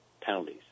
penalties